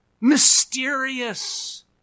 mysterious